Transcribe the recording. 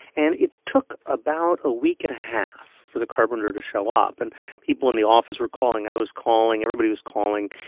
and it took about a week and a half for the carpenter to show up, and people in the office were calling i was calling everybody was calling,